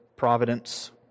providence